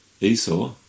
Esau